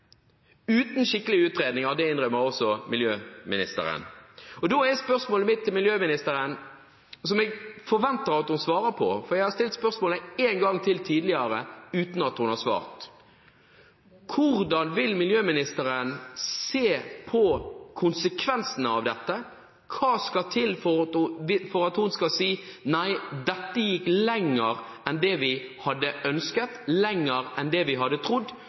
uten skikkelige utredninger, og det innrømmer også miljøministeren. Da er spørsmålet mitt til miljøministeren, som jeg forventer at hun svarer på, for jeg har stilt spørsmålet en gang tidligere uten at hun har svart: Hvordan vil miljøministeren se på konsekvensene av dette, og hva skal til for at hun skal si nei, dette gikk lenger enn det vi hadde ønsket, lenger enn det vi hadde trodd,